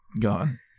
Gone